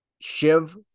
Shiv